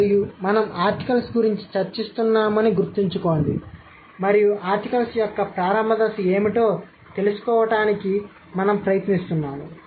మరియు మేము ఆర్టికల్స్ గురించి చర్చిస్తున్నామని గుర్తుంచుకోండి మరియు ఆర్టికల్స్ యొక్క ప్రారంభ దశ ఏమిటో తెలుసుకోవడానికి మేము ప్రయత్నిస్తున్నాము